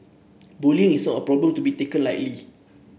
bullying is not a problem to be taken lightly